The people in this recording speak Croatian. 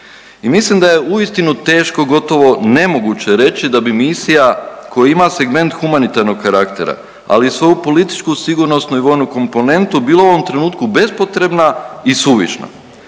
mislim da je uistinu teško, gotovo nemoguće reći da bi misija koju ima segment humanitarnog karaktera ali svoju političku, sigurnosnu i vojnu komponentu bila u ovom trenutku bespotrebna i suvišna.